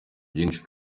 byinshi